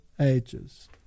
ages